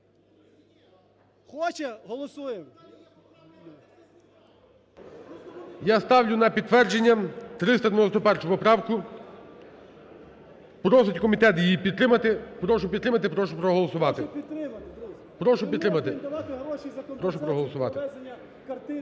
Я ставлю на підтвердження 391 поправку. Просить комітет її підтримати, прошу підтримати, прошу проголосувати. Прошу проголосувати.